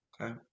Okay